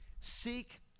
Seek